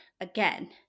again